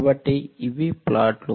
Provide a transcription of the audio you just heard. కాబట్టి ఇవి ప్లాట్లు